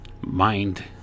mind